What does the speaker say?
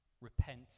Repent